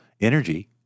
energy